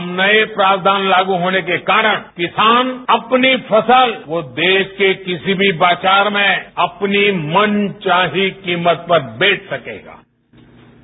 अब नये प्रावधान लागू होने के कारण किसान अपनी फसल वो देश के किसी भी बाजार में अपनी मनचाही कीमत पर बेच सकेंगे